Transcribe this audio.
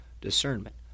discernment